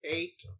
Eight